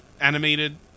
animated